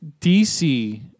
DC